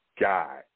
guy